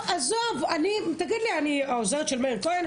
עזוב, תגיד לי, אני העוזרת של מאיר כהן?